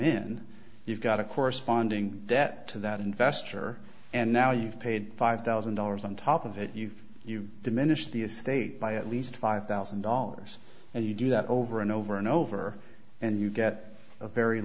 in you've got a corresponding debt to that investor and now you've paid five thousand dollars on top of it you've you diminish the estate by at least five thousand dollars and you do that over and over and over and you get a very